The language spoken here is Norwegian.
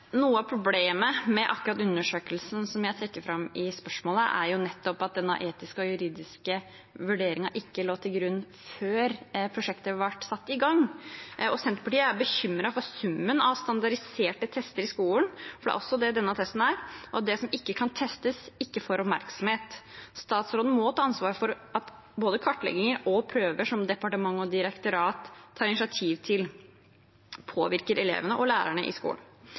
Noe av problemet med akkurat den undersøkelsen som jeg trekker fram i spørsmålet, er at den etiske og juridiske vurderingen ikke lå til grunn før prosjektet ble satt i gang. Senterpartiet er bekymret for summen av standardiserte tester i skolen – for det er også det denne testen er – og for at det som ikke kan testes, ikke får oppmerksomhet. Statsråden må ta ansvar for at både kartlegginger og prøver som departement og direktorat tar initiativ til, påvirker elevene og lærerne i skolen.